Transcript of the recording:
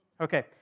Okay